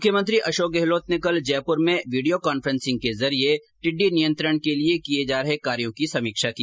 मुख्यमंत्री अशोक गहलोत ने कल जयपुर में वीडियो कांफ्रेंसिंग के जरिये टिड़डी नियंत्रण के लिए किये जा रहे कार्यो की समीक्षा की